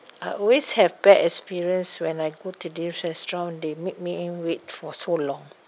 I always have bad experience when I go to this restaurant they make me wait for so long